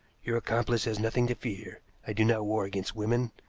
your accomplice has nothing to fear i do not war against women.